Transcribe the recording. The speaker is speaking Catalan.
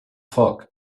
foc